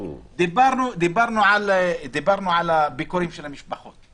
דיברנו על הביקורים של המשפחות.